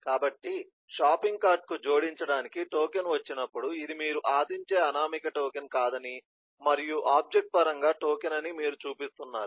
కాబట్టి షాపింగ్ కార్ట్కు జోడించడానికి టోకెన్ వచ్చినప్పుడు ఇది మీరు ఆశించే అనామక టోకెన్ కాదని మరియు ఆబ్జెక్ట్ పరంగా టోకెన్ అని మీరు చూపిస్తున్నారు